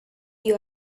you